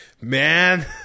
man